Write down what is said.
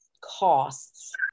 costs